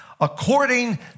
according